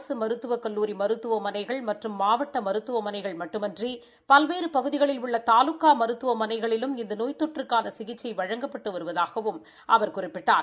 அரசு மருத்துவக் கல்லூரி மருத்துவமனைகள் மற்றும் மாவட்ட மருத்துவமனைகள் மட்டுமின்றி பல்வேறு பகுதிகளில் உள்ள தாலுகா மருத்துவமனைகளிலும் இந்த நோய் தொற்றுக்கான சிகிச்சை வழங்கப்பட்டு வருவதாகவும் அவர் குறிப்பிட்டார்